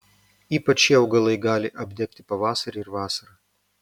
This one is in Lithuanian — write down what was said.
ypač šie augalai gali apdegti pavasarį ir vasarą